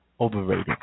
overrated